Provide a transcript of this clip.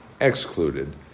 excluded